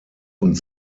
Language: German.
und